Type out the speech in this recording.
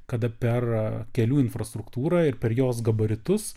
kada per kelių infrastruktūrą ir per jos gabaritus